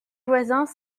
voisins